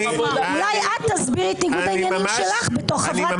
אולי תסבירי את ניגוד העניינים שלך בתור חברת